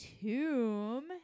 tomb